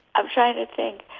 i'm trying to think.